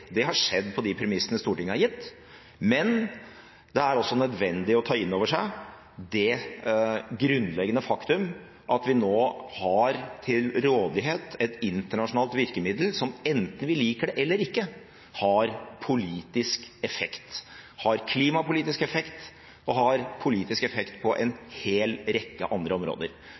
det har skjedd på de premissene Stortinget har gitt. Men det er nødvendig å ta inn over seg det grunnleggende faktum at vi nå har til rådighet et internasjonalt virkemiddel som enten vi liker det eller ikke, har politisk effekt, har klimapolitisk effekt og har politisk effekt på